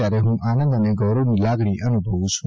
ત્યારે હું આનંદ અને ગૌરવની લાગણી અનુભવુ છું